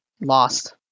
lost